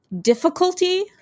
difficulty